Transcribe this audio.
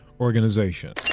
Organization